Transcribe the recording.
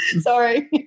Sorry